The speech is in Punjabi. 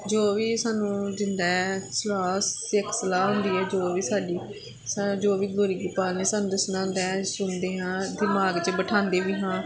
ਜੋ ਵੀ ਇਹ ਸਾਨੂੰ ਦਿੰਦਾ ਹੈ ਸੁਭਾਅ ਸਿੱਖ ਸਲਾਹ ਹੁੰਦੀ ਹੈ ਜੋ ਵੀ ਸਾਡੀ ਜੋ ਸਾ ਵੀ ਗੋਰੀ ਗੋਪਾਲ ਨੇ ਸਾਨੂੰ ਦੱਸਣਾ ਹੁੰਦਾ ਸੁਣਦੇ ਹਾਂ ਦਿਮਾਗ 'ਚ ਬਿਠਾਉਂਦੇ ਵੀ ਹਾਂ